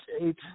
eight